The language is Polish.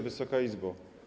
Wysoka Izbo!